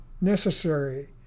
necessary